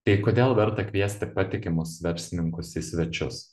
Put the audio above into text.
tai kodėl verta kviesti patikimus verslininkus į svečius